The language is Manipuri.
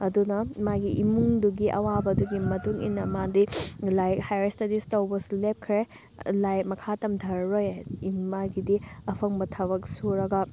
ꯑꯗꯨꯅ ꯃꯥꯒꯤ ꯏꯃꯨꯡꯗꯨꯒꯤ ꯑꯋꯥꯕꯗꯨꯒꯤ ꯃꯇꯨꯡꯏꯟꯅ ꯃꯥꯗꯤ ꯂꯥꯏꯔꯤꯛ ꯍꯥꯏꯌꯔ ꯏꯁꯇꯗꯤꯁ ꯇꯧꯕꯁꯨ ꯂꯦꯞꯈ꯭ꯔꯦ ꯂꯥꯏꯔꯤꯛ ꯃꯈꯥ ꯇꯝꯊꯔꯔꯣꯏ ꯃꯥꯒꯤꯗꯤ ꯑꯐꯪꯕ ꯊꯕꯛ ꯁꯨꯔꯒ